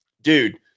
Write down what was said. dude